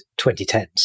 2010s